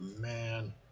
man